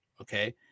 okay